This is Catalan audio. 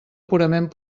purament